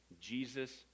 Jesus